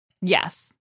Yes